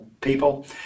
people